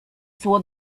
saw